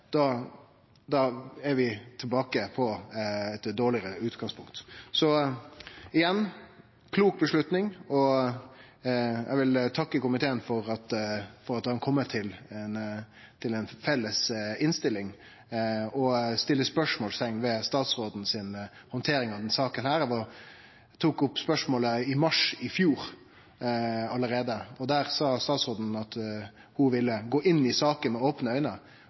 vi tilbake på eit dårlegare utgangspunkt. Igjen: Dette er ei klok avgjerd. Eg vil takke komiteen for at ein har kome til ei felles innstilling. Eg set spørsmålsteikn ved statsrådens handtering av denne saka. Eg tok opp spørsmålet allereie i mars i fjor. Da sa statsråden at ho ville gå inn i saka med opne